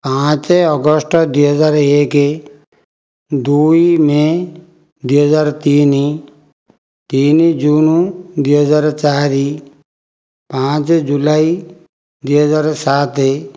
ପାଞ୍ଚ ଅଗଷ୍ଟ ଦୁଇ ହଜାର ଏକ ଦୁଇ ମେ' ଦୁଇ ହଜାର ତିନି ତିନି ଜୁନ ଦୁଇ ହଜାର ଚାରି ପାଞ୍ଚ ଜୁଲାଇ ଦୁଇ ହଜାର ସାତ